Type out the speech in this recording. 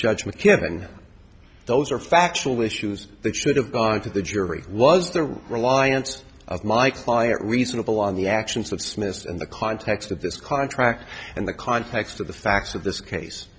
judgment given those are factual issues that should have gone to the jury was the reliance of my client reasonable on the actions of smith's in the context of this contract and the context of the facts of this case